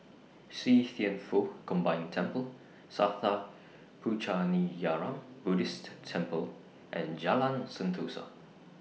See Thian Foh Combined Temple Sattha Puchaniyaram Buddhist Temple and Jalan Sentosa